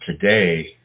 today